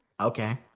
Okay